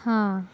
हां